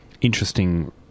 interesting